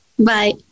Bye